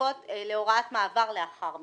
נוספות להוראת מעבר לאחר מכן.